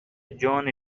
جان